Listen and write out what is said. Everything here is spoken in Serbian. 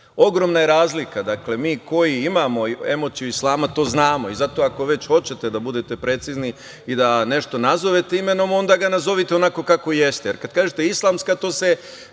Ogromna je razlika. Dakle, mi koji imamo emociju islama to znamo i zato, ako već hoćete da budete precizni i da nešto nazovete imenom, onda ga nazovite onako kako jeste,